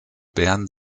bern